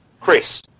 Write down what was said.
Chris